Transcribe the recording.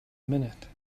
minute